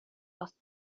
راست